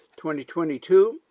2022